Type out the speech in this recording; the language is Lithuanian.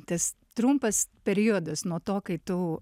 tas trumpas periodas nuo to kai tu